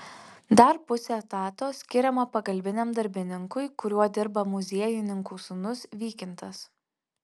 dar pusė etato skiriama pagalbiniam darbininkui kuriuo dirba muziejininkų sūnus vykintas